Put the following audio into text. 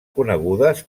conegudes